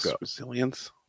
resilience